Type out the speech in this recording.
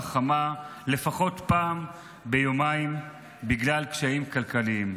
חמה לפחות פעם ביומיים בגלל קשיים כלכליים.